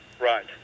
Right